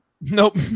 Nope